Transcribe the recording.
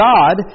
God